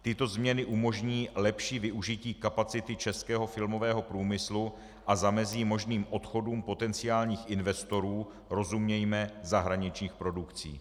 Tyto změny umožní lepší využití kapacity českého filmového průmyslu a zamezí možným odchodům potenciálních investorů, rozumějme zahraničních produkcí.